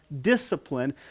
discipline